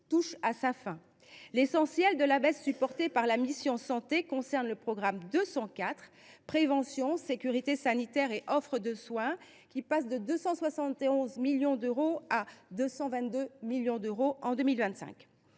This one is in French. touche à sa fin. L’essentiel de la baisse supportée par la mission « Santé » concerne le programme 204 « Prévention, sécurité sanitaire et offre de soins », dont les crédits s’élèvent à 222 millions d’euros en 2025,